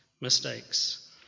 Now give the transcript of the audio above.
mistakes